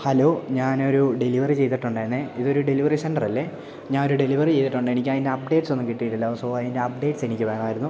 hello ഞാനൊരു delivery ചെയ്തിട്ടുണ്ടാരുന്നേ ഇതൊരു ഡെലിവറി സെൻ്ററല്ലേ ഞാൻ ഒരു ഡെലിവറി ചെയ്തിട്ടുണ്ടേ എനിക്കയിൻ്റെ അപ്ഡേറ്റ്സ് ഒന്നും കിട്ടിട്ടില്ല സോ അതിൻ്റെ അപഡേറ്റ്സ് എനിക്ക് വേണായിരുന്നു